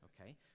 okay